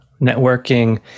networking